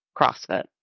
CrossFit